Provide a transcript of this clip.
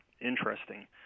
Interesting